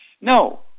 no